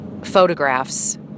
photographs